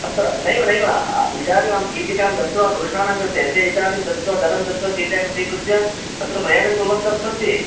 तत्र नैव नैव इदानीं अहं चीटिकां दत्वा पुरुषाणां कृते ते इदानीं दत्वा धनं दत्वा चीटिकां स्वीकृत्य तत्र प्रयाणं कुर्वन्तस्सन्ति